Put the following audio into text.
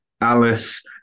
Alice